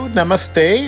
namaste